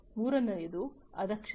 ಮೂರನೆಯದು ಅದಕ್ಷತೆ